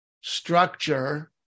structure